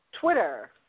Twitter